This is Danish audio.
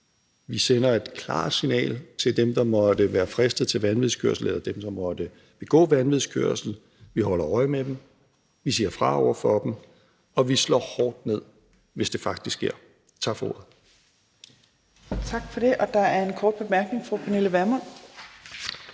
Vi sender et klart signal til dem, der måtte være fristet til vanvidskørsel, eller dem, der måtte begå vanvidskørsel. Vi holder øje med dem, vi siger fra over for dem, og vi slår hårdt ned, hvis det faktisk sker. Tak for ordet. Kl. 17:47 Fjerde næstformand (Trine Torp):